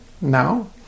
now